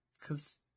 Cause